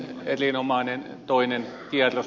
erinomainen toinen kierros